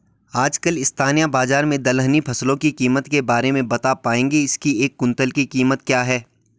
आजकल स्थानीय बाज़ार में दलहनी फसलों की कीमत के बारे में बताना पाएंगे इसकी एक कुन्तल की कीमत क्या है?